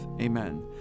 Amen